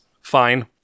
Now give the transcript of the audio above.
fine